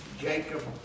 Jacob